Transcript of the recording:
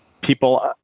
people